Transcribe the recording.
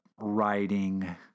writing